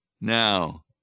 Now